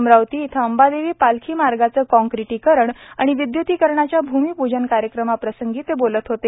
अमरावती इथं अंबादेवी पालखी मार्गाचं काँक्रीटीकरण आणि विद्य्तीकरणाच्या भूमिपूजन कार्यक्रमाप्रसंगी ते बोलत होते